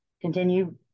continue